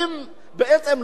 לא לעשות שום דבר,